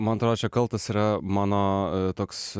man atrodo čia kaltas yra mano toks